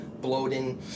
bloating